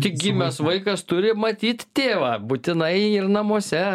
tik gimęs vaikas turi matyt tėvą būtinai ir namuose